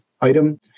item